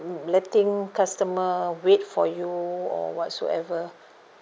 letting customer wait for you or whatsoever